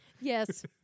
Yes